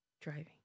driving